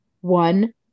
one